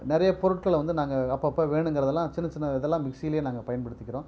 நிறைய பொருட்களை வந்து நாங்கள் அப்போப்ப வேணுங்கிறதெல்லாம் சின்ன சின்ன இதெல்லாம் மிக்ஸியில் நாங்கள் பயன்படுத்திக்கிறோம்